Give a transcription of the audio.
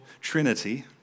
Trinity